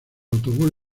autobús